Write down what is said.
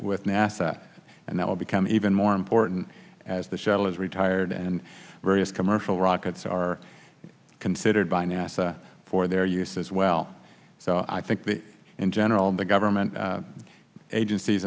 with nasa and that will become even more important as the shuttle is retired and various commercial rockets are considered by nasa for their use as well so i think in general the government agencies